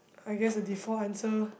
I guess the default answer